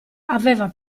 aveva